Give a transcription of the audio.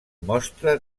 mostra